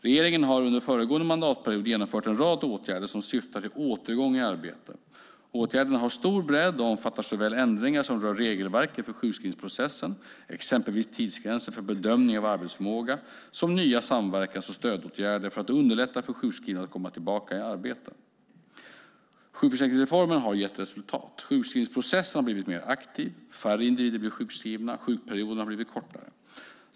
Regeringen har under föregående mandatperiod genomfört en rad åtgärder som syftar till återgång i arbete. Åtgärderna har stor bredd och omfattar såväl ändringar som rör regelverket för sjukskrivningsprocessen, exempelvis tidsgränser för bedömning av arbetsförmåga, som nya samverkans och stödåtgärder för att underlätta för sjukskrivna att komma tillbaka i arbete. Sjukförsäkringsreformen har gett resultat. Sjukskrivningsprocessen har blivit mer aktiv. Färre individer blir sjukskrivna och sjukperioderna har blivit kortare.